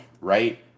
right